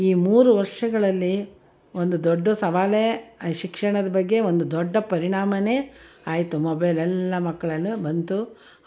ಈ ಮೂರು ವರ್ಷಗಳಲ್ಲಿ ಒಂದು ದೊಡ್ಡ ಸವಾಲೆ ಶಿಕ್ಷಣದ ಬಗ್ಗೆ ಒಂದು ದೊಡ್ಡ ಪರಿಣಾಮವೇ ಆಯಿತು ಮೊಬೈಲ್ ಎಲ್ಲ ಮಕ್ಳಲ್ಲೂ ಬಂತು